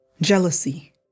Jealousy